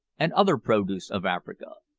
and other produce of africa.